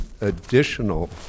additional